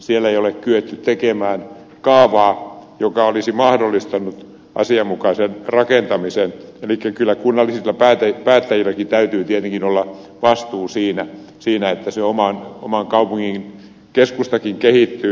siellä ei ole kyetty tekemään kaavaa joka olisi mahdollistanut asianmukaisen rakentamisen elikkä kyllä kunnallisilla päättäjilläkin täytyy tietenkin olla vastuu siinä että se oman kaupungin keskustakin kehittyy